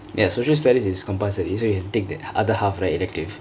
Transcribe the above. ya social studies is compulsory so you have to take the other half right elective